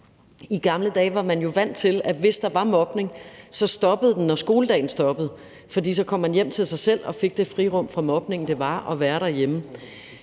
I gamle dage var man jo vant til, at hvis der var mobning, stoppede den, når skoledagen stoppede, fordi så kom man hjem til sig selv og fik det frirum fra mobningen, det var at være derhjemme.